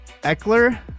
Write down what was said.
Eckler